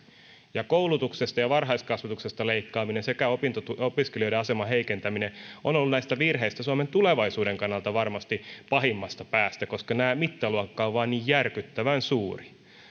koulutuksesta ja varhaiskasvatuksesta leikkaaminen sekä opiskelijoiden aseman heikentäminen on ollut näistä virheistä suomen tulevaisuuden kannalta varmasti pahimmasta päästä koska mittaluokka on vain niin järkyttävän suuri